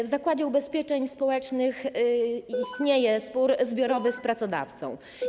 W Zakładzie Ubezpieczeń Społecznych istnieje spór zbiorowy z pracodawcą.